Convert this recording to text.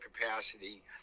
capacity